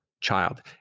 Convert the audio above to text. Child